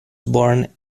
born